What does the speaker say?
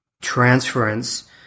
transference